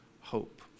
hope